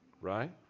right